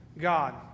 God